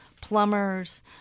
plumbers